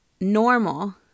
normal